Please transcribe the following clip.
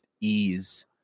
ease